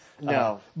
No